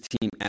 team